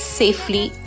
safely